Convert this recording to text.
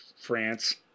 france